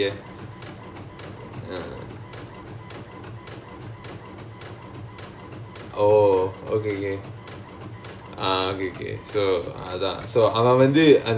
I think so lah but my sister was in some position என்னமோ ஒரு:enamo oru ambassador ah இருந்துச்சு:irunthuchu so maybe she would know or your